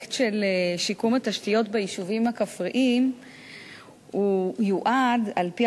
הפרויקט של שיקום התשתיות ביישובים הכפריים יועד על-פי